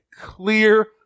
clear